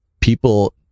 people